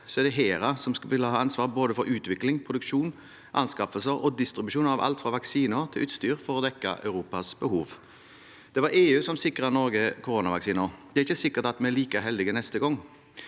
er det HERA som vil ha ansvaret for både utvikling, produksjon, anskaffelse og distribusjon av alt fra vaksiner til utstyr for å dekke Europas behov. Det var EU som sikret Norge koronavaksinen. Det er ikke sikkert vi er like heldige neste gang.